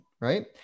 right